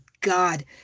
god